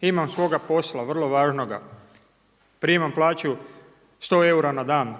imam svoga posla, vrlo važnoga, primam plaću 100 eura na dan